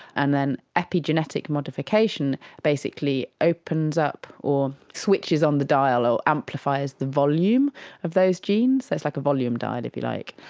and then epigenetic modification basically opens up or switches on the dial or amplifies the volume of those genes, so it's like a volume dial, if you like,